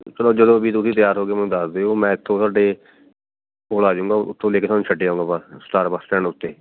ਚਲੋ ਜਦੋਂ ਵੀ ਤੁਸੀਂ ਤਿਆਰ ਹੋ ਗਏ ਮੈਨੂੰ ਦੱਸ ਦਿਓ ਮੈਂ ਇੱਥੋਂ ਤੁਹਾਡੇ ਕੋਲ਼ ਆ ਜੂੰਗਾ ਉੱਥੋਂ ਲੈ ਕੇ ਤੁਹਾਨੂੰ ਛੱਡ ਆਊਗਾ ਬ ਸਤਾਰ੍ਹਾਂ ਬੱਸ ਸਟੈਂਡ ਉੱਤੇ